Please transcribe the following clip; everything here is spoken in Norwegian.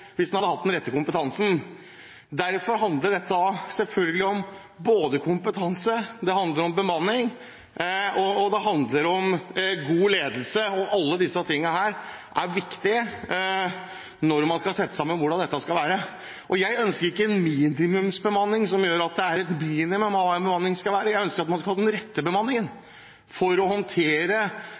hvis man hadde hatt den rette kompetansen. Derfor handler det selvfølgelig både om kompetanse, om bemanning og om god ledelse. Alle disse tingene er viktige når man skal sette sammen hvordan dette skal være. Jeg ønsker ikke en minimumsbemanning. Jeg ønsker den rette bemanningen for å håndtere de forskjellige tilbudene som den enkelte trenger. Det er enkeltmennesket vi skal se, brukeren, og det behovet den enkelte har. Det er aller viktigst når vi skal